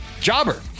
Jobber